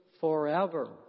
forever